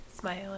smiling